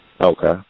Okay